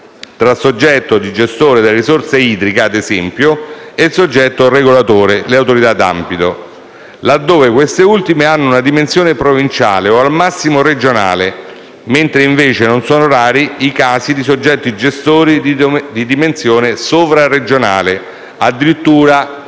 tra il soggetto gestore delle risorse idriche - ad esempio - e il soggetto regolatore, le Autorità d'ambito, laddove queste ultime hanno una dimensione provinciale o, al massimo, regionale, mentre non sono rari i casi di soggetti gestori di dimensione sovraregionale, addirittura quotati